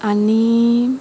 आनी